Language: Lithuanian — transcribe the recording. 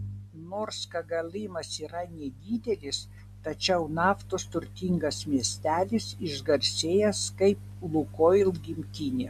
nors kogalymas yra nedidelis tačiau naftos turtingas miestelis išgarsėjęs kaip lukoil gimtinė